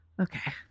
Okay